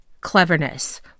cleverness